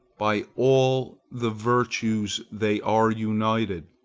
by all the virtues they are united.